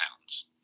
pounds